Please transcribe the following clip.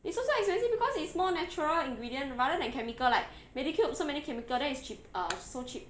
it's also expensive because it's more natural ingredient rather than chemical like Medicube so many chemical then is cheap uh so cheap